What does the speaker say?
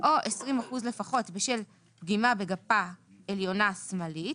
או 20- אחוזים לחות בשל פגימות בגפה עליונה שמאלית,